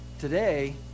Today